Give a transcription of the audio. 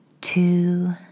two